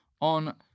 on